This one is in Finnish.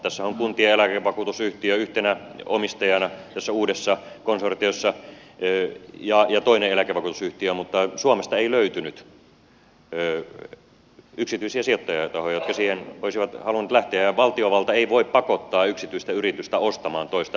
tässähän on kuntien eläkevakuutus yhtiö yhtenä omistajana tässä uudessa konsortiossa ja toinen eläkevakuutusyhtiö mutta suomesta ei löytynyt yksityisiä sijoittajatahoja jotka siihen olisivat halunneet lähteä ja valtiovalta ei voi pakottaa yksityistä yritystä ostamaan toista yritystä